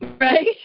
Right